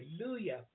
Hallelujah